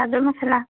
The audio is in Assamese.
মছলা